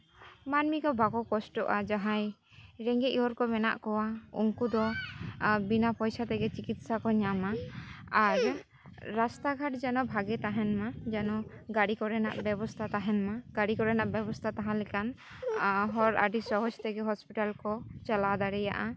ᱢᱟᱹᱱᱢᱤ ᱠᱚ ᱵᱟᱠᱚ ᱠᱚᱥᱴᱚᱜᱼᱟ ᱡᱟᱸᱦᱟᱭ ᱨᱮᱸᱜᱮᱡᱽ ᱦᱚᱲ ᱠᱚ ᱢᱮᱱᱟᱜ ᱠᱚᱣᱟ ᱩᱱᱠᱩ ᱫᱚ ᱵᱤᱱᱟ ᱯᱚᱭᱥᱟ ᱛᱮᱜᱮ ᱪᱤᱠᱤᱛᱥᱟ ᱠᱚ ᱧᱟᱢᱟ ᱟᱨ ᱨᱟᱥᱛᱟᱜᱷᱟᱴ ᱡᱮᱱᱚ ᱵᱷᱟᱜᱤ ᱛᱟᱦᱮᱸᱱᱢᱟ ᱡᱮᱱᱚ ᱜᱟᱲᱤ ᱠᱚᱨᱮᱱᱟᱜ ᱵᱮᱵᱚᱥᱛᱟ ᱛᱟᱦᱮᱸᱱᱢᱟ ᱜᱟᱹᱲᱤ ᱠᱚᱨᱮᱱᱟᱜ ᱵᱮᱵᱚᱥᱛᱟ ᱛᱟᱦᱮᱸᱞᱮᱱᱠᱷᱟᱱ ᱦᱚᱲ ᱟᱹᱰᱤ ᱥᱚᱦᱚᱡ ᱛᱮᱜᱮ ᱦᱚᱥᱯᱤᱴᱟᱞ ᱠᱚ ᱪᱟᱞᱟᱣ ᱫᱟᱲᱮᱭᱟᱜᱼᱟ